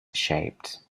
shaped